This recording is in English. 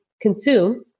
consume